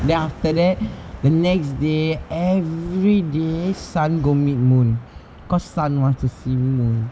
then after that the next day every day sun go meet moon cause sun wants to see moon